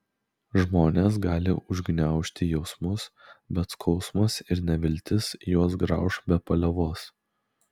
žmonės gali užgniaužti jausmus bet skausmas ir neviltis juos grauš be paliovos